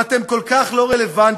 ואתם כל כך לא רלוונטיים,